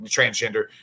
transgender